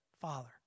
Father